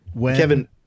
Kevin—